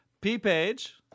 P-Page